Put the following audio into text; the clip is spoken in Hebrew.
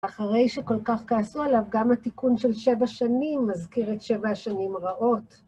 אחרי שכל כך כעסו עליו גם התיקון של שבע שנים מזכיר את שבע השנים הרעות.